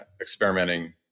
experimenting